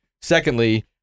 Secondly